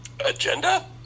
Agenda